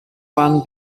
waren